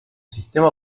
sistema